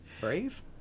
brave